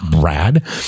Brad